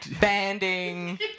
banding